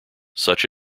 such